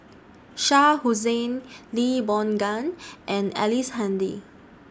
Shah Hussain Lee Boon Ngan and Ellice Handy